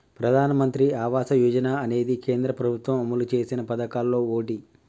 ప్రధానమంత్రి ఆవాస యోజన అనేది కేంద్ర ప్రభుత్వం అమలు చేసిన పదకాల్లో ఓటి